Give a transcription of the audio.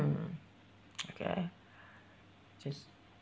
mm okay just